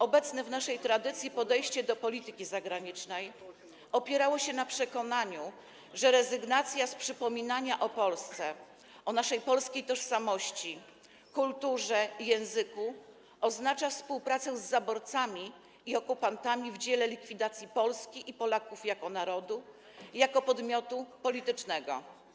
Obecne w naszej tradycji podejście do polityki zagranicznej opierało się na przekonaniu, że rezygnacja z przypominania o Polsce, o naszej polskiej tożsamości, kulturze i języku, oznacza współpracę z zaborcami i okupantami w dziele likwidacji Polski i Polaków jako narodu i jako podmiotu politycznego.